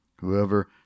Whoever